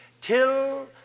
till